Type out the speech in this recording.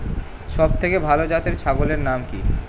সবথেকে ভালো জাতের ছাগলের নাম কি?